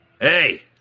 Hey